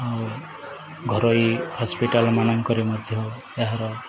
ଆଉ ଘରୋଇ ହସ୍ପିଟାଲମାନଙ୍କରେ ମଧ୍ୟ ଏହାର